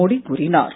மோடி கூறினார்